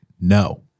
No